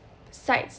sites